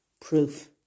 proof